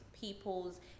people's